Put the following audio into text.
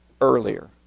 earlier